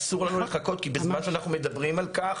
אסור לנו לחכות כי בזמן שאנחנו מדברים על כך,